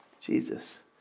Jesus